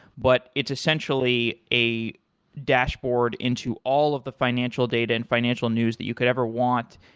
but it's essentially a dashboard into all of the financial data and financial news that you could ever want.